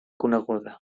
coneguda